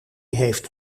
heeft